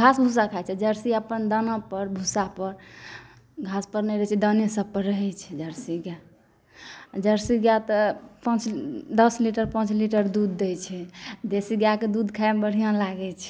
घास भुस्सा खाइ छै आओर जर्सी अपन दानापर भुस्सापर घासपर नहि रहै छै दाने सबपर रहै छै जर्सी गाइ आओर जर्सी गाइ तऽ पाँच दस लीटर पाँच लीटर दूध दै छै देशी गाइके दूध खाइमे बढ़िआँ लागै छै